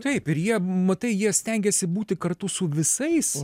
taip ir jie matai jie stengiasi būti kartu su visais